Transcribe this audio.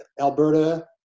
Alberta